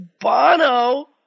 Bono